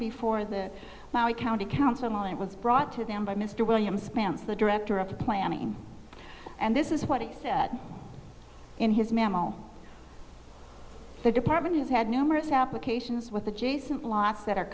before the now a county council it was brought to them by mr william spams the director of the planning and this is what he said in his mammal the department has had numerous applications with adjacent locks that are